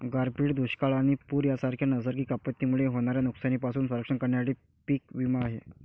गारपीट, दुष्काळ आणि पूर यांसारख्या नैसर्गिक आपत्तींमुळे होणाऱ्या नुकसानीपासून संरक्षण करण्यासाठी पीक विमा आहे